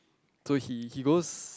so he he goes